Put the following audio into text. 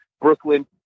Brooklyn